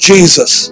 Jesus